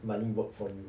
money work for you